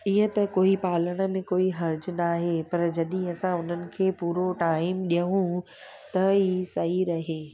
ईअं त कोई पालण में कोई हर्जु नाहे पर जॾहिं असां हुननि खे पूरो टाइम ॾिऊं त ई सही रहे